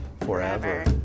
forever